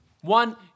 One